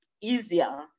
easier